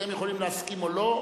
אתם יכולים להסכים או לא.